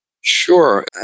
Sure